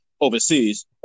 overseas